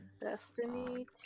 Destiny